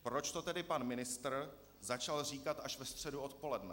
Proč to tedy pan ministr začal říkat až ve středu odpoledne?